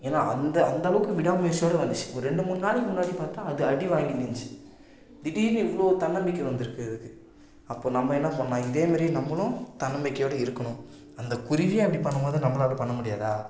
ஏன்னா அந்த அந்த அளவுக்கு விடாமுயற்சியோட வந்துச்சு ஒரு ரெண்டு மூண்நாளைக்கு முன்னாடி பார்த்தா அது அடிவாங்கின்னு இருந்துச்சி திடீர்ன்னு இவ்ளோ தன்னம்பிக்கை வந்துருக்கு அதற்கு அப்போ நம்ம என்ன பண்ணலாம் இதே மாரியே நம்பளும் தன்னம்பிக்கையோட இருக்கணும் அந்த குருவியே அப்படி பண்ணும்போது நம்மளால் பண்ணமுடியாதா